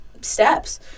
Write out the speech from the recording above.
steps